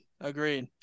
Agreed